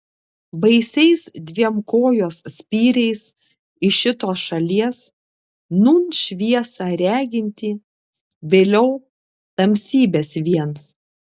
baisiais dviem kojos spyriais iš šitos šalies nūn šviesą regintį vėliau tamsybes vien